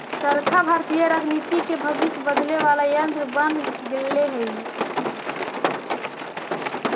चरखा भारतीय राजनीति के भविष्य बदले वाला यन्त्र बन गेले हई